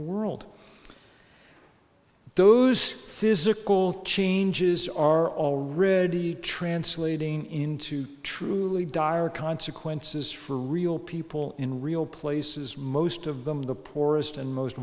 world those physical changes are already translating into truly dire consequences for real people in real places most of them the poorest and most